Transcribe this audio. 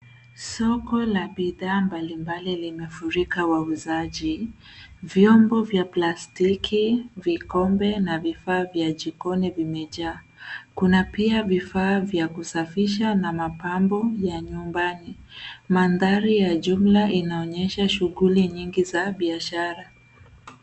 Soko la bidhaa mbalimbali limefurika wauzaji, vyombo vya plastiki, vikombe na vifaa vya jikoni vimejaa. Kuna pia vifaa vya kusafisha na mapambo ya nyumbani. Mandhari ya jumla inaonyesha shughuli nyingi za biashara.